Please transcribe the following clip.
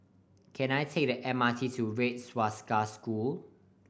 can I take the M R T to Red Swastika School